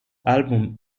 album